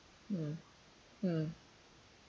mm mm